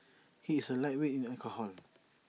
he is A lightweight in alcohol